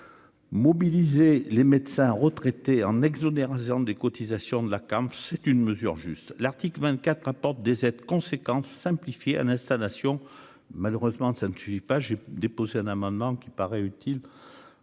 mobiliser les médecins retraités en exonération des cotisations de la came, c'est une mesure juste l'article 24, apporte des aides conséquentes à l'installation, malheureusement, ça ne suffit pas, j'ai déposé un amendement qui paraît utile